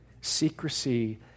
Secrecy